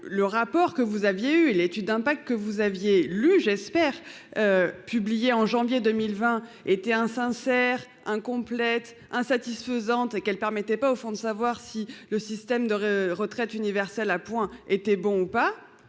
le rapport que vous aviez eu l'étude d'impact. Que vous aviez lu j'espère. Publié en janvier 2020 était insincère. Incomplète. Hein. Satisfaisante et qu'elle permettait pas au fond de savoir si le système de retraite universel à points étaient bon ou pas